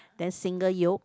then single yolk